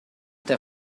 der